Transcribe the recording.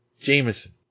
Jameson